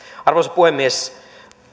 arvoisa puhemies